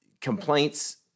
complaints